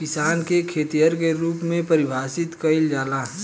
किसान के खेतिहर के रूप में परिभासित कईला जाला